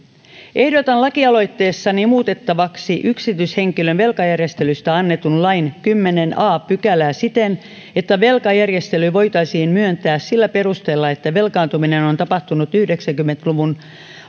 ehdotan lakialoitteessani muutettavaksi yksityishenkilön velkajärjestelystä annetun lain kymmenettä a pykälää siten että velkajärjestely voitaisiin myöntää sillä perusteella että velkaantuminen on on tapahtunut yhdeksänkymmentä luvun